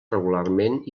regularment